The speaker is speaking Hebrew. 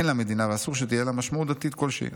אין למדינה, ואסור שתהיה לה, משמעות דתית כלשהי".